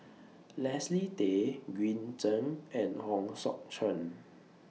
Leslie Tay Green Zeng and Hong Sek Chern